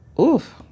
oof